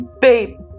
Babe